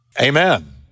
Amen